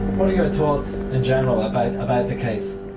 your thoughts in general about about the case?